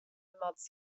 mods